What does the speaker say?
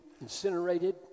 incinerated